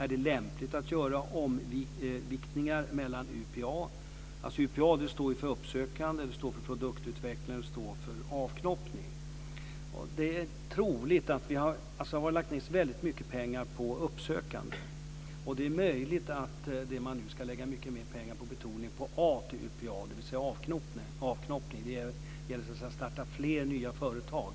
Är det lämpligt att göra omviktningar inom UPA, som står för uppsökande, produktutveckling och avknoppning? Det har lagts ned väldigt mycket pengar på uppsökande, och det är möjligt att man nu ska lägga ned mycket mer pengar på A:et i UPA, dvs. på avknoppning. Det gäller då att starta fler nya företag.